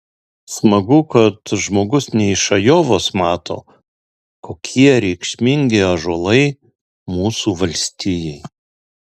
smagu kad žmogus ne iš ajovos mato kokie reikšmingi ąžuolai mūsų valstijai